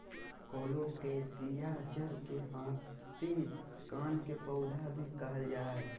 colocasia जड़ के हाथी कान के पौधा भी कहल जा हई